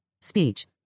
Speech